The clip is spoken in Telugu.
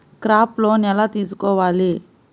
క్రాప్ లోన్ ఎలా తీసుకోవాలి?